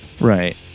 Right